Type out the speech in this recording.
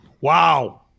Wow